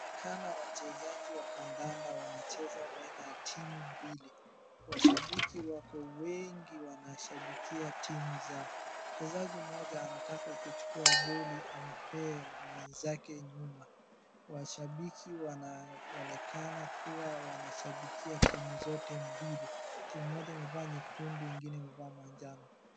Waonekana washabiki wa kandanda wanacheza baina ya timu mbili washabiki wako wengi wanashabikia timu zao. Mchezaji mmoja anataka kuchukua boli ambayo mwanzake nyuma. Washabiki wanaonekana kua wanashabikia timu zote mbili, timu moja imevaa nyekundu ingine imevaa manjano.